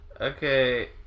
okay